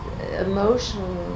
emotionally